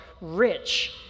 rich